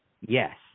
yes